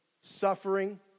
suffering